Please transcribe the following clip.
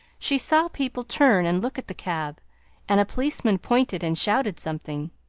she saw people turn and look at the cab and a policeman pointed and shouted something.